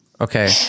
Okay